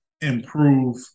improve